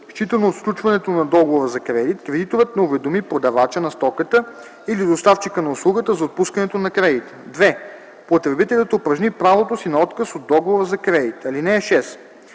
считано от сключването на договора за кредит, кредиторът не уведоми продавача на стоката или доставчика на услугата за отпускането на кредита; 2. потребителят упражни правото си на отказ от договора за кредит. (6)